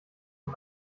und